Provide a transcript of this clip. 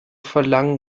verlangen